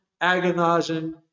agonizing